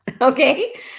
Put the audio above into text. okay